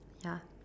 ya